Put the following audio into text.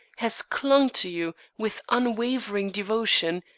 has clung to you with unwavering devotion,